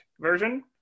version